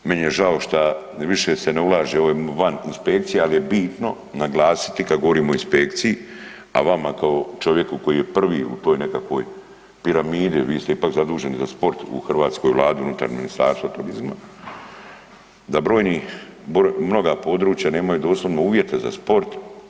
Meni je žao šta više se ne ulaže, ovo je van inspekcije, ali je bitno naglasiti kad govorimo o inspekciji, a vama kao čovjeku koji je prvi u toj nekakvoj piramidi, vi ste ipak zaduženi sport u hrvatskoj Vladi unutar ministarstva turizma, da mnoga područja nemaju doslovno uvjete za sport.